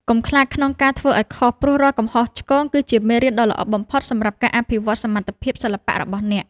កុំខ្លាចក្នុងការធ្វើឱ្យខុសព្រោះរាល់កំហុសឆ្គងគឺជាមេរៀនដ៏ល្អបំផុតសម្រាប់ការអភិវឌ្ឍសមត្ថភាពសិល្បៈរបស់អ្នក។